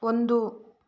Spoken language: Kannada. ಒಂದು